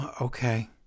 Okay